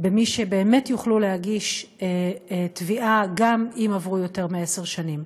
במי שבאמת יוכלו להגיש תביעה גם אם עברו יותר מעשר שנים.